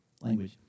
language